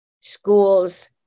schools